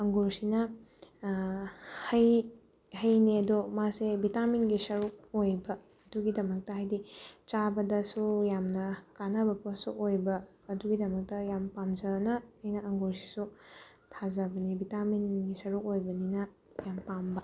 ꯑꯪꯒꯨꯔꯁꯤꯅ ꯍꯩ ꯍꯩꯅꯦ ꯑꯗꯣ ꯃꯥꯁꯦ ꯚꯤꯇꯥꯃꯤꯟꯒꯤ ꯁꯔꯨꯛ ꯑꯣꯏꯕ ꯑꯗꯨꯒꯤꯗꯃꯛꯇ ꯍꯥꯏꯗꯤ ꯆꯥꯕꯗꯁꯨ ꯌꯥꯝꯅ ꯀꯥꯟꯅꯕ ꯄꯣꯠꯁꯨ ꯑꯣꯏꯕ ꯑꯗꯨꯒꯤꯗꯃꯛꯇ ꯌꯥꯝ ꯄꯥꯝꯖꯅ ꯑꯩꯅ ꯑꯪꯒꯨꯔꯁꯤꯁꯨ ꯊꯥꯖꯕꯅꯤ ꯚꯤꯇꯥꯃꯤꯟꯒꯤ ꯁꯔꯨꯛ ꯑꯣꯏꯕꯅꯤꯅ ꯌꯥꯝ ꯄꯥꯝꯕ